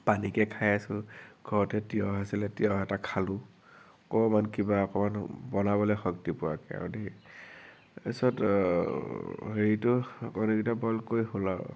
পানীকে খাই আছো ঘৰতে তিয়ঁহ আছিলে তিয়ঁহ এটা খালো ক'ৰবাত কিবা অকণমাণ বনাবলে শক্তি পোৱাকে আৰু দেই তাৰপিছত হেৰিটো কণীকিটা বইল কৰি হ'ল আৰু